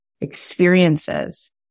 experiences